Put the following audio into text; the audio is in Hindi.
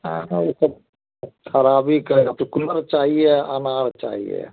अरे इ सब ख़राबी करे चुकन्दर चाहिए अनार चाहिए